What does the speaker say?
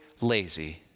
lazy